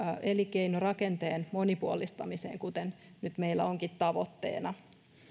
elinkeinorakenteen monipuolistamiseen kuten nyt meillä onkin tavoitteena